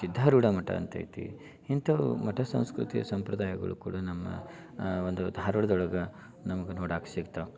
ಸಿದ್ಧಾರೂಢ ಮಠ ಅಂತೈತಿ ಇಂಥವು ಮಠ ಸಂಸ್ಕೃತಿಯ ಸಂಪ್ರದಾಯಗಳು ಕೂಡ ನಮ್ಮ ಒಂದು ಧಾರವಾಡದೊಳಗ ನಮ್ಗೆ ನೋಡೋಕೆ ಸಿಗ್ತವೆ